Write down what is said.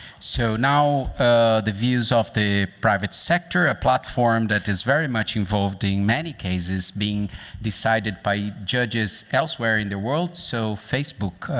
so now ah the views of the private sector, a platform that is very much involved in many cases being decided by judges elsewhere in the world. so facebook.